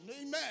Amen